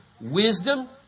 wisdom